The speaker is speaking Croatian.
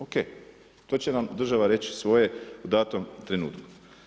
Ok, to će nam država reći svoje u datom trenutku.